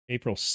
April